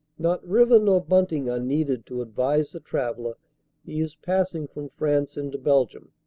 not river nor bunting are needed to advise the traveller he is passing from france into belgium.